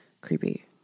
Creepy